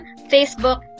Facebook